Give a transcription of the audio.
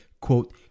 quote